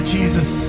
Jesus